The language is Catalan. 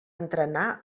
entrenar